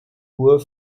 uhr